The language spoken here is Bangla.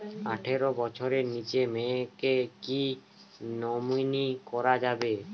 আঠারো বছরের নিচে মেয়েকে কী নমিনি করা যাবে?